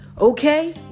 okay